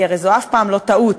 כי זו אף פעם לא טעות,